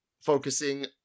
Focusing